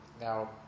Now